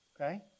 Okay